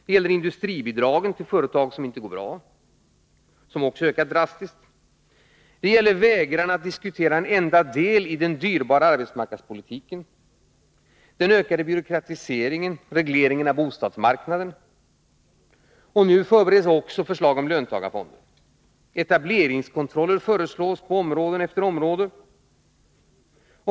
Det gäller industribidragen till företag som inte går bra och som också ökar drastiskt. Det gäller vägran att diskutera en enda del i den dyrbara arbetsmarknadspolitiken, den ökade byråkratiseringen, regleringen av bostadsmarknaden. Och nu förbereds också förslag om löntagarfonder. Etableringskontroller föreslås på område efter område.